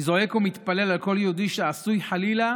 אני זועק ומתפלל על כל יהודי שעשוי חלילה